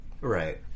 Right